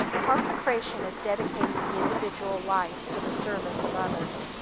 consecration is dedicating the individual life to the service of others,